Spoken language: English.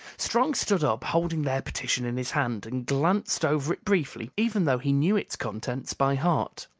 strong stood up, holding their petition in his hand, and glanced over it briefly even though he knew its contents by heart.